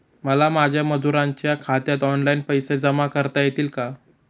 मला माझ्या मजुरांच्या खात्यात ऑनलाइन पैसे जमा करता येतील का?